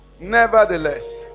Nevertheless